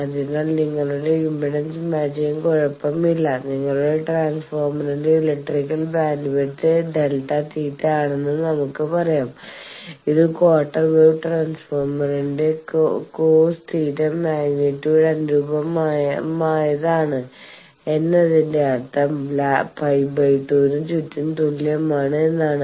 അതിനാൽ നിങ്ങളുടെ impedance matching കുഴപ്പമില്ല നിങ്ങളുടെ ട്രാൻസ്ഫോർമറിന്റെ ഇലക്ട്രിക്കൽ ബാൻഡ്വിഡ്ത്ത് Δθ ആണെന്ന് നമ്മൾക്ക് പറയാം ഇത് ക്വാർട്ടർ വേവ് ട്രാൻസ്ഫോർമറിന്റെ quarter കോസ് θ മാഗ്നിറ്റ്യൂഡ് അനുരൂപമായതാണ് എന്നതിന്റെ അർത്ഥം π 2 ന് ചുറ്റും തുല്യമാണ് എന്നാണ്